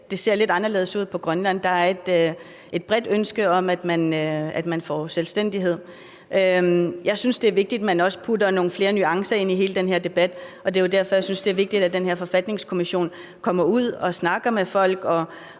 det ser lidt anderledes ud på Grønland. Der er et bredt ønske om, at man får selvstændighed. Jeg synes, at det er vigtigt, at man også putter nogle flere nuancer ind i hele den her debat, og det er jo derfor, at jeg synes, at det er vigtigt, at den her forfatningskommission kommer ud og snakker med folk